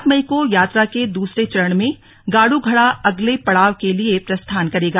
सात मई को यात्रा के दूसरे चरण में गाड़ घड़ा अगले पड़ाव के लिए प्रस्थान करेगा